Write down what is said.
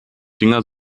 dinger